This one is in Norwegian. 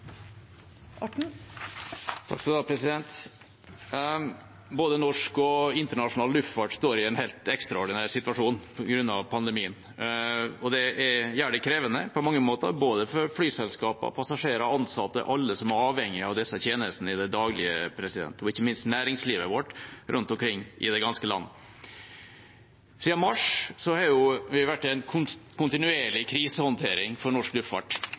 Både norsk og internasjonal luftfart står i en helt ekstraordinær situasjon på grunn av pandemien. Det gjør det krevende på mange måter både for flyselskap, passasjerer og ansatte – alle som er avhengige av disse tjenestene i det daglige – og ikke minst for næringslivet vårt rundt omkring i det ganske land. Siden mars har vi vært i en kontinuerlig krisehåndtering for norsk luftfart.